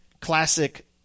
classic